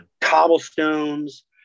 cobblestones